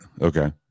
Okay